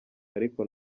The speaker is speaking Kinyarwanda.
ariko